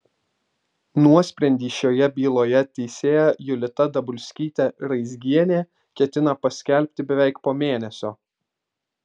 nuosprendį šioje byloje teisėja julita dabulskytė raizgienė ketina paskelbti beveik po mėnesio